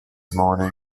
morning